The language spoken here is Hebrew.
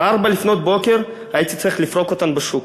ב-04:00 הייתי צריך לפרוק אותן בשוק.